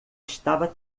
estava